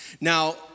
Now